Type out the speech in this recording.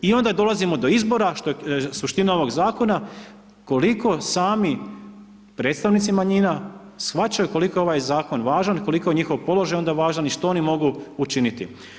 I onda dolazimo do izbora što je suština ovog zakona, koliko sami predstavnici manjina, shvaćaju koliko je ovaj zakon važan, koliko je njihov položaj onda važan i što oni mogu učiniti.